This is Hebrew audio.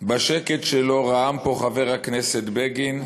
בשקט שלו רעם פה חבר הכנסת בגין: